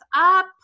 up